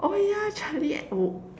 oh yeah Charlie and oh